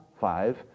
five